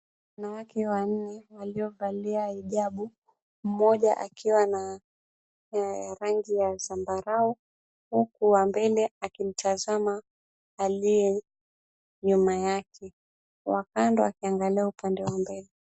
Wanawake wanne waliovalia hijabu, mmoja akiwa na ya rangi ya zambarao huku wa mbele akimtazama aliye nyuma yake, wa kando akiangalia upande wa mbele.